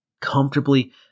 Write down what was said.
comfortably